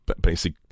basic